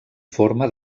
forma